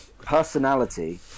Personality